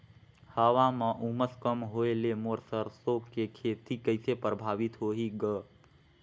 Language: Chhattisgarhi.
हवा म उमस कम होए ले मोर सरसो के खेती कइसे प्रभावित होही ग?